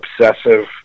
obsessive